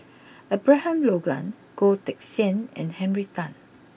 Abraham Logan Goh Teck Sian and Henry Tan